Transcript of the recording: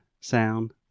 sound